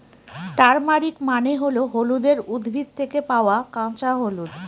turmeric মানে হল হলুদের উদ্ভিদ থেকে পাওয়া কাঁচা হলুদ